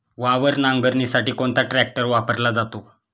वावर नांगरणीसाठी कोणता ट्रॅक्टर वापरला जातो?